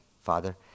Father